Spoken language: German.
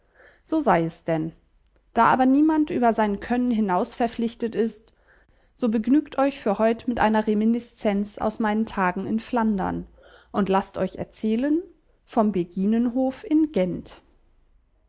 so sei es denn da aber niemand über sein können hinaus verpflichtet ist so begnügt euch für heut mit einer reminiszenz aus meinen tagen in flandern und laßt euch erzählen vom beginenhof in gent